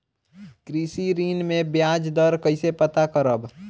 कृषि ऋण में बयाज दर कइसे पता करब?